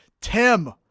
Tim